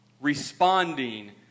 Responding